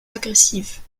agressifs